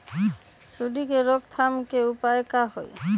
सूंडी के रोक थाम के उपाय का होई?